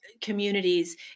communities